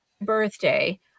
birthday